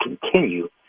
continue